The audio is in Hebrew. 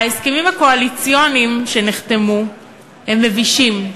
ההסכמים הקואליציוניים שנחתמו הם מבישים.